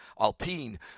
Alpine